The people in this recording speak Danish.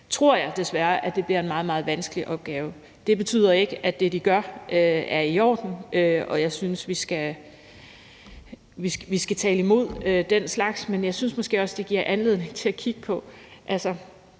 tror jeg desværre, at det bliver en meget, meget vanskelig opgave. Det betyder ikke, at det, de gør, er i orden, og jeg synes, vi skal tale imod den slags. Men jeg synes måske også, det giver anledning til noget,